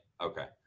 okay